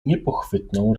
niepochwytną